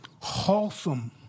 wholesome